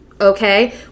okay